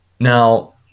Now